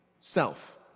Self